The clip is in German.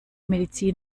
medizin